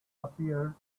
appeared